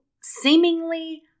seemingly